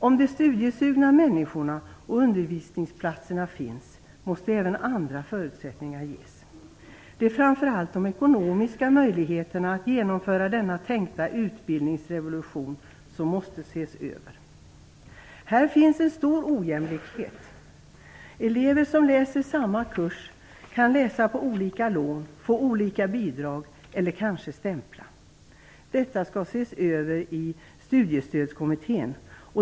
Om de studiesugna människorna och undervisningsplatserna finns måste även andra förutsättningar ges. Det är framför allt de ekonomiska möjligheterna att genomföra denna tänkta utbildningsrevolution som måste ses över. Här finns en stor ojämlikhet. Elever som läser samma kurs kan ha olika lån, få olika bidrag eller kanske stämpla. Detta skall ses över i Studiestödskommittén.